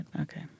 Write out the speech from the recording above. okay